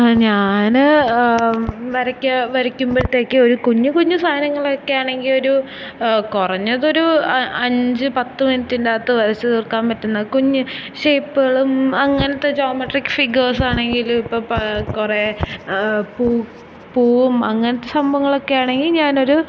ഞാൻ വരക്ക് വരക്കുമ്പോഴത്തേക്ക് ഒരു കുഞ്ഞ്ക്കുഞ്ഞ് സാധനങ്ങളൊക്കെയാണെങ്കിൽ ഒരു കുറഞ്ഞതൊരു അഞ്ച് പത്ത് മിനിറ്റിന്റെ അകത്ത് വരച്ച് തീർക്കാൻ പറ്റുന്ന കുഞ്ഞ് ഷേപ്പുകളും അങ്ങനത്തെ ജോമട്രിക് ഫിഗേസാണെങ്കിലിപ്പം കുറെ പൂവും അങ്ങനത്തെ സംഭവങ്ങളൊക്കെയാണെങ്കിൽ ഞാനൊരു